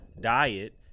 diet